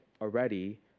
already